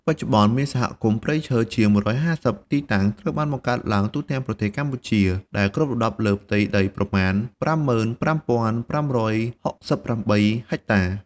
បច្ចុប្បន្ន មានសហគមន៍ព្រៃឈើជាង ១៥០ ទីតាំងត្រូវបានបង្កើតឡើងទូទាំងប្រទេសកម្ពុជា ដែលគ្របដណ្ដប់លើផ្ទៃដីប្រមាណ ៥៥,៥៦៨ ហិកតា។